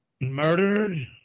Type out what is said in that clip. murdered